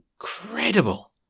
incredible